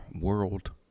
world-